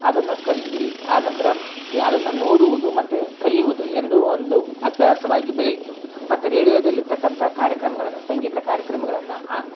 ಅದನ್ನು ಕಲಿತ್ವಿ ಆ ನಂತರ ಯಾರನ್ನು ನೋಡುವುದು ಮತ್ತು ಕಲಿಯುವುದು ಎರಡೂ ಒಂದು ಅಭ್ಯಾಸವಾಗಿ ಬೆಳೆಯಿತು ಮತ್ತು ರೇಡಿಯೋದಲ್ಲಿ ಇರ್ತಕ್ಕಂಥ ಕಾರ್ಯಕ್ರಮಗಳನ್ನು ಸಂಗೀತ ಕಾರ್ಯಕ್ರಮಗಳನ್ನು